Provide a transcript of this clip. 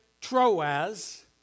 Troas